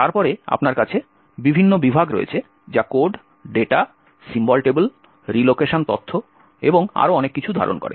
তারপরে আপনার কাছে বিভিন্ন বিভাগ রয়েছে যা code data symbol table relocation তথ্য এবং আরও অনেক কিছু ধারণ করে